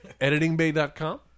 Editingbay.com